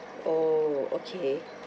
oh okay